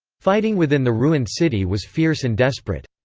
fighting within the ruined city was fierce and desperate.